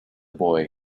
boy